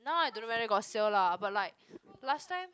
now I don't know whether got sale lah but like last time